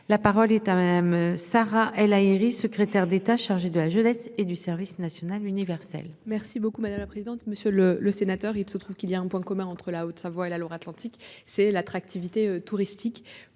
La parole est à madame Sarah El Haïry, secrétaire d'État chargée de la jeunesse et du service national universel. Merci beaucoup madame la présidente, monsieur le le sénateur. Il se trouve qu'il y a un point commun entre la Haute-Savoie et la Loire-Atlantique c'est l'attractivité touristique